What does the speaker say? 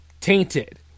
tainted